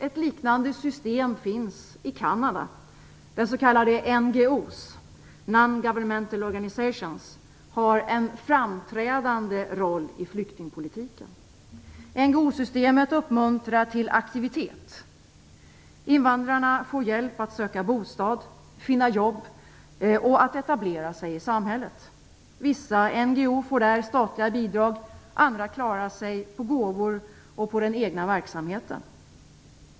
Ett liknande system finns i Kanada, där s.k. NGO:er - Non-Governmental Organizations - har en framträdande roll i flyktingpolitiken. NGO-systemet uppmuntrar till aktivitet. Invandrarna får hjälp med att söka bostad, finna jobb och att etablera sig i samhället. Vissa NGO:er får statliga bidrag. Andra klarar sig på gåvor och den egna verksamheten.